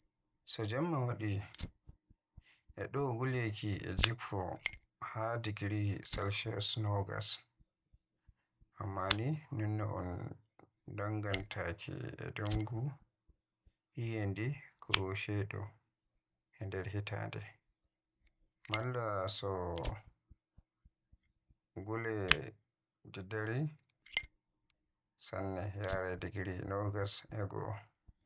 So jemma wadi e do guleeki e jiffo haa digiri salsios nogas, amma ni non dun dangantaake e dungu, iyende ko ceedu e nder hitande. Malla so guleli e dari sanne yaraay digiri nogas e goo.